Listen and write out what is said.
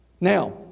Now